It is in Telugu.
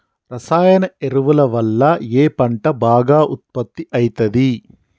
రసాయన ఎరువుల వల్ల ఏ పంట బాగా ఉత్పత్తి అయితది?